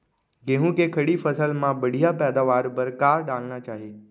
गेहूँ के खड़ी फसल मा बढ़िया पैदावार बर का डालना चाही?